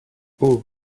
eau